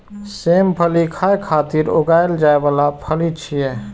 सेम फली खाय खातिर उगाएल जाइ बला फली छियै